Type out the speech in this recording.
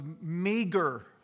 meager